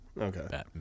Okay